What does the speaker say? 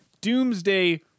Doomsday